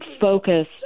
focus